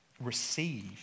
receive